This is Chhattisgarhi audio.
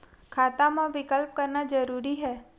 खाता मा विकल्प करना जरूरी है?